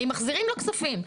האם מחזירים לו כספים?